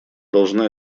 должны